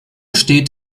steht